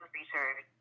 research